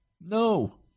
No